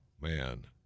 man